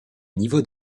niveau